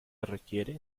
requiere